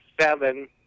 seven